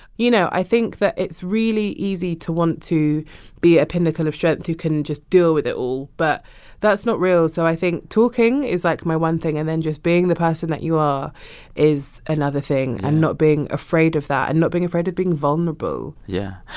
you know, i think that it's really easy to want to be a pinnacle of strength who can just deal with it all, but that's not real. so i think talking is, like, my one thing, and then just being the person that you are is another thing and not being afraid of that and not being afraid of being vulnerable yeah.